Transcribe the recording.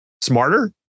smarter